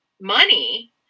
money